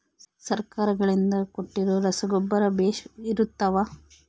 ಸರ್ಕಾರಗಳಿಂದ ಕೊಟ್ಟಿರೊ ರಸಗೊಬ್ಬರ ಬೇಷ್ ಇರುತ್ತವಾ?